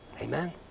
Amen